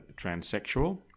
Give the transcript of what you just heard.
transsexual